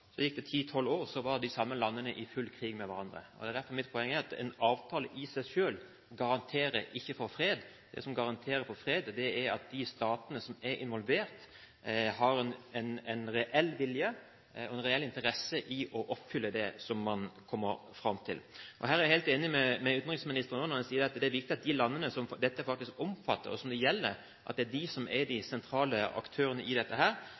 Så gikk det ti–tolv år, og de samme landene var i full krig med hverandre. Mitt poeng er derfor at en avtale i seg selv garanterer ikke for fred. Det som garanterer for fred, er at de statene som er involvert, har en reell vilje og en reell interesse i å oppfylle det som man kommer fram til. Jeg er også helt enig med utenriksministeren når han sier at det er viktig at det er de landene dette faktisk gjelder, som er de sentrale aktørene i dette. Det hjelper veldig lite at alle andre stater i verden vedtar at man ikke vil ha atomvåpen, hvis de landene som